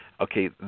Okay